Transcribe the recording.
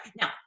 now